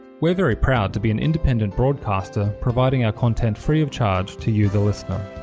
we're very proud to be an independent broadcaster providing a content free of charge to you the listener.